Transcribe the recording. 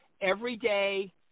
everyday